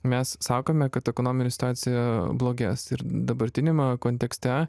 mes sakome kad ekonominė situacija blogės ir dabartiniame kontekste